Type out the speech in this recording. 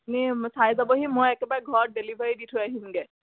আপুনি চাই যাবহি মই একেবাৰে ঘৰত ডেলিভাৰী দি থৈ আহিমগৈ